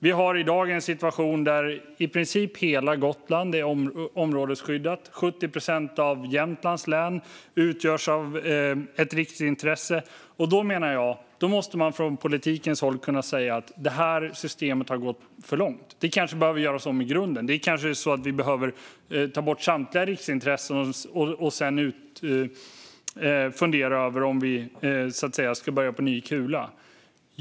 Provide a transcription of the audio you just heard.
Vi har i dag en situation där i princip hela Gotland är områdesskyddat, och 70 procent av Jämtlands län utgörs av ett riksintresse. Då menar jag att man från politikens håll måste kunna säga att detta system har gått för långt och att det kanske behöver göras om i grunden. Vi behöver kanske ta bort samtliga riksintressen och sedan fundera över om vi så att säga ska börja på ny kula.